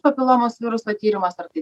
papilomos viruso tyrimas ar tai